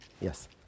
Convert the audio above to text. Yes